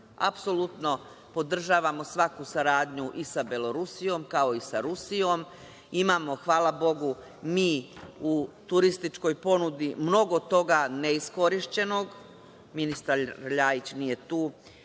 Apsolutno podržavamo svaku saradnju i sa Belorusijom, kao i sa Rusijom. Imamo hvala Bogu mi u turističkoj ponudi mnogo toga neiskorišćenog, ministar LJajić nije tu,